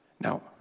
Now